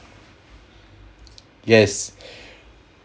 yes